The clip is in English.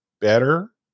better